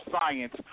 science